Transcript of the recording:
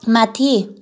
माथि